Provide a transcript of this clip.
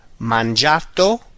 Mangiato